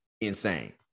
insane